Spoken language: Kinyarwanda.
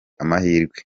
amahirwe